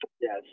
yes